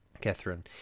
Catherine